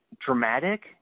dramatic